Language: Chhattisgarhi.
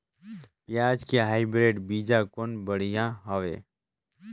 पियाज के हाईब्रिड बीजा कौन बढ़िया हवय?